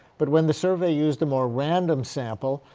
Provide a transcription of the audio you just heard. but when the survey used a more random sample,